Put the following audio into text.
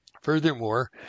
Furthermore